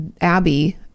Abby